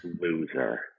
loser